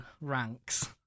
ranks